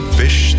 fish